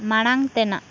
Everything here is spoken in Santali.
ᱢᱟᱲᱟᱝ ᱛᱮᱱᱟᱜ